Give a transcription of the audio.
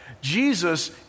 Jesus